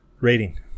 Rating